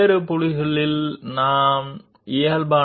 Is there more than one normal at a particular point on the surface